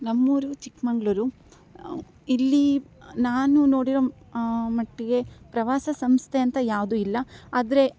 ನಮ್ಮ ಊರು ಚಿಕ್ಕಮಗ್ಳೂರು ಇಲ್ಲಿ ನಾನು ನೋಡಿರೋ ಮಟ್ಟಿಗೆ ಪ್ರವಾಸ ಸಂಸ್ಥೆ ಅಂತ ಯಾವುದೂ ಇಲ್ಲ ಆದರೆ